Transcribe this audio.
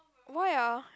why ah